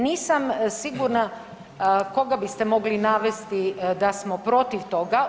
Nisam sigurna koga biste mogli navesti da smo protiv toga.